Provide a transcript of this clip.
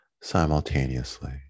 simultaneously